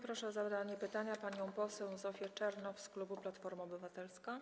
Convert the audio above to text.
Proszę o zadanie pytania panią poseł Zofię Czernow z klubu Platforma Obywatelska.